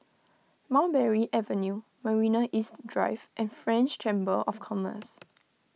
Mulberry Avenue Marina East Drive and French Chamber of Commerce